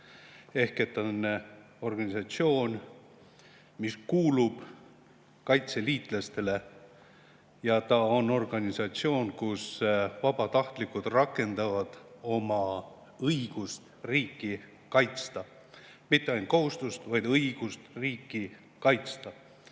ehk organisatsioon, mis kuulub kaitseliitlastele. Ta on organisatsioon, kus vabatahtlikud rakendavad oma õigust riiki kaitsta – mitte ainult kohustust, vaid õigust riiki kaitsta.